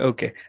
Okay